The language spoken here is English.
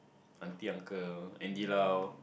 auntie uncle Andy-Lau